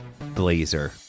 blazer